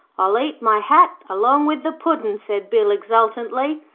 i'll eat my hat along with the puddin' said bill, exultantly.